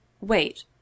Wait